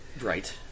Right